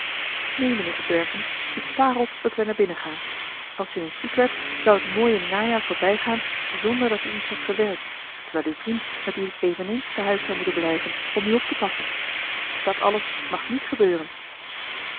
neen mijnheer upbergen ik sta er op dat wij naar binnen gaan als u eens ziek werd zou het mooie najaar voorbijgaan zonder dat u iets had gewerkt terwijl uw vriend natuurlijk eveneens te huis zou moeten blijven om u optepassen dat alles mag niet gebeuren